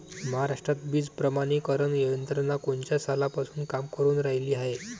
महाराष्ट्रात बीज प्रमानीकरण यंत्रना कोनच्या सालापासून काम करुन रायली हाये?